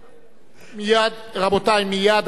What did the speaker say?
רבותי, אני כבר מצלצל.